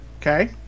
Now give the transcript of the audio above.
Okay